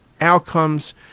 outcomes